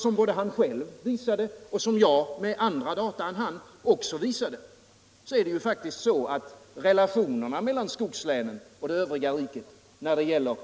Som både han själv visade och som jag - med andra data än dem han har — också visade är det faktiskt så att relationerna mellan skogslänen och övriga delar av riket när det gäller